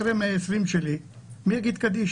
אחרי 120 שלי מי יגיד קדיש